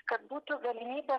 kad būtų galimybė